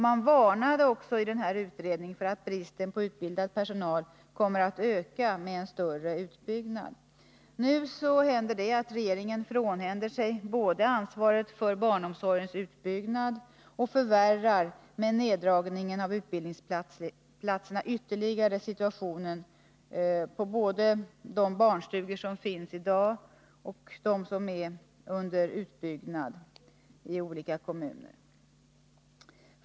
Man varnade också i denna utredning för att bristen på utbildad personal kommer att öka med en större utbyggnad. Nu frånhänder sig regeringen ansvaret för barnomsorgens utbyggnad, och med neddragningen av antalet utbildningsplatser förvärrar man dessutom ytterligare situationen både på de barnstugor som finns i dag och på dem som är under utbyggnad i olika kommuner.